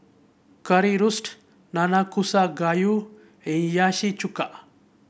Currywurst Nanakusa Gayu Hiyashi Chuka